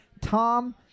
Tom